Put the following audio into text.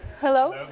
Hello